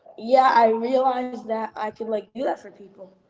yeah. i realized that i could like do that for people.